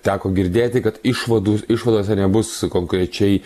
teko girdėti kad išvadų išvadose nebus konkrečiai